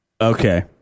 Okay